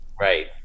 Right